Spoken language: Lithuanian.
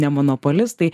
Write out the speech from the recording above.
ne monopolistai